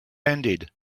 ended